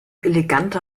eleganter